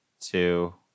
two